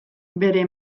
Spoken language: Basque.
bere